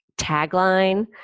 tagline